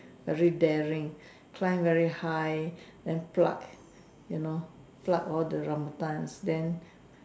very daring climb very high then pluck you know pluck all the rambutans then